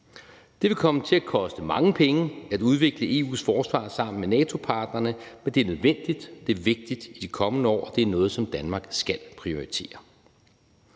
Det vil komme til at koste mange penge at udvikle EU's forsvar sammen med NATO-partnerne, men det er nødvendigt, det er vigtigt i de kommende år, og det er noget, som Danmark skal prioritere.